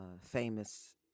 famous